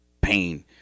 pain